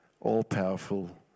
all-powerful